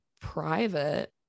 private